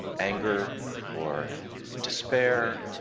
anger or despair.